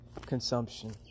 consumption